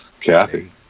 kathy